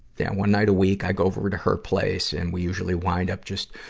that one night a week, i go over to her place, and we usually wind up just,